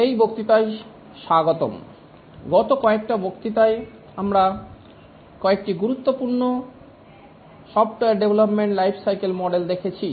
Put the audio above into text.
এই বক্তৃতায় স্বাগতম গত কয়েকটা বক্তৃতায় আমরা কয়েকটি গুরুত্বপূর্ণ software development life cycle model দেখেছি